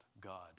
God